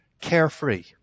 carefree